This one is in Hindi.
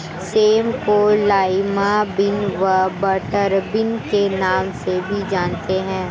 सेम को लाईमा बिन व बटरबिन के नाम से भी जानते हैं